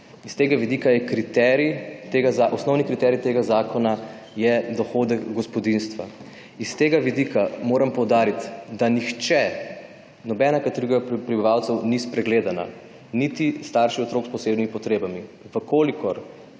S tega vidika je osnovni kriterij tega zakona dohodek gospodinjstva. S tega vidika moram poudariti, da nihče, nobena kategorija prebivalcev ni spregledanih, niti starši otrok s posebnimi potrebami. Če